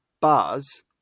bars